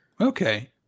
Okay